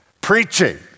preaching